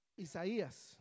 Isaías